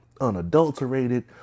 unadulterated